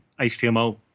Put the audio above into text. HTML